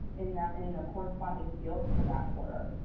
in that, in the corresponding fields for that quarter.